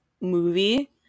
movie